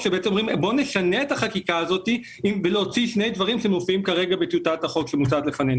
אם אני מנתב יותר מדיי כסף למקום אחד בצורה לא מוצדקת,